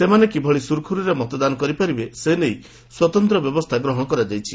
ସେମାନେ କିଭଳି ସୁରୁଖୁରୁରେ ମତଦାନ କରିପାରିବେ ସେ ନେଇ ସ୍ୱତନ୍ତ ବ୍ୟବସ୍ରା ଗ୍ରହଶ କରାଯାଇଛି